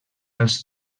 als